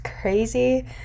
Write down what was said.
crazy